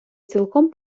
цілком